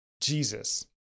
Jesus